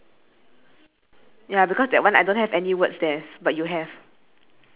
oh so one guy in green shirt and one girl in the stripe shirt rig~ uh stripe dress right